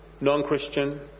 non-Christian